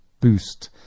boost